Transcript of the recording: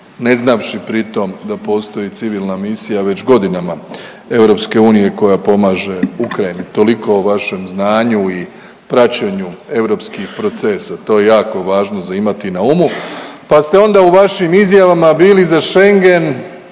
Neznavši pritom da postoji civilna misija već godinama EU koja pomaže Ukrajini. Toliko o vašem znanju i praćenju europskih procesa. To je jako važno za imati na umu. Pa ste onda u vašim izjavama bili za Schengen